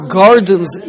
gardens